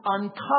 uncover